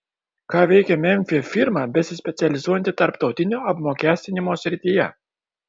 ką veikia memfyje firma besispecializuojanti tarptautinio apmokestinimo srityje